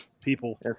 people